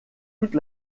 toute